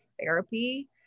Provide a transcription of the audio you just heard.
therapy